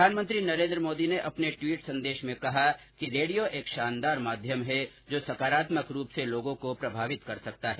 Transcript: प्रधानमंत्री नरेन्द्र मोदी ने अपने ट्वीट संदेश में कहा कि रेडियो एक शानदान माध्यम है जो सकारात्मक रूप से लोगो को प्रभावित कर सकता है